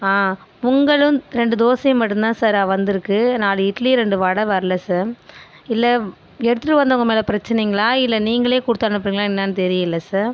பொங்கலும் ரெண்டு தோசையும் மட்டும் தான் சார் வந்துருக்கு நாலு இட்லி ரெண்டு வடை வரல சார் இல்லை எடுத்துகிட்டு வந்தவங்க மேலே பிரச்சனைங்களா இல்லை நீங்களே கொடுத்தனுப்பலிங்களா என்னன்னு தெரியல சார்